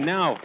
Now